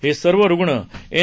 हे सर्व रूग्ण एन